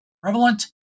prevalent